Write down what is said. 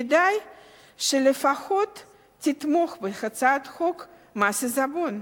כדאי שלפחות תתמוך בהצעת חוק מס עיזבון.